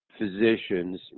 physicians